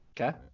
Okay